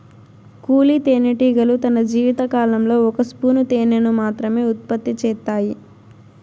కూలీ తేనెటీగలు తన జీవిత కాలంలో ఒక స్పూను తేనెను మాత్రమె ఉత్పత్తి చేత్తాయి